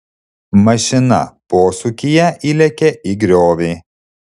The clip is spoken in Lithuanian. mašina posūkyje įlėkė į griovį